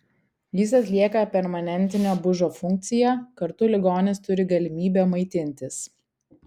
jis atlieka permanentinio bužo funkciją kartu ligonis turi galimybę maitintis